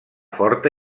forta